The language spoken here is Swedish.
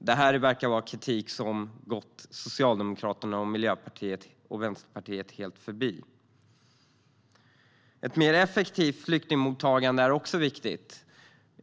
Denna kritik verkar ha gått Socialdemokraterna, Miljöpartiet och Vänsterpartiet helt förbi. Ett mer effektivt flyktingmottagande är också viktigt.